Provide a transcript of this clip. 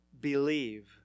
believe